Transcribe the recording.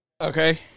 Okay